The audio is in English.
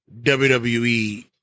WWE